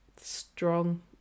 Strong